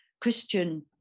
Christian